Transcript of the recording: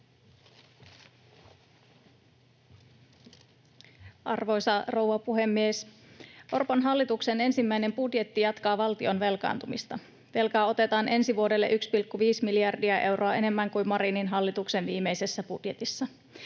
Arvoisa rouva puhemies! Orpon hallituksen ensimmäinen budjetti jatkaa valtion velkaantumista. Velkaa otetaan ensi vuodelle 1,5 miljardia euroa enemmän kuin Marinin hallituksen viimeisessä budjetissa.